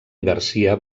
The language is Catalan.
garcia